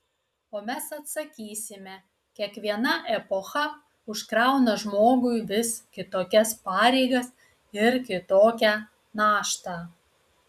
o mes atsakysime kiekviena epocha užkrauna žmogui vis kitokias pareigas ir kitokią naštą